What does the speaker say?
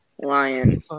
Lion